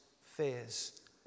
fears